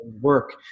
work